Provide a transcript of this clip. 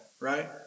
right